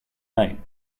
night